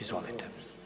Izvolite.